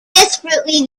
desperately